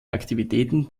aktivitäten